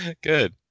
Good